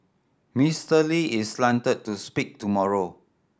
Mister Lee is slated to speak tomorrow